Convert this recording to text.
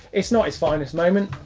its not his finest moment.